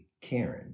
Karen